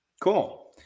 Cool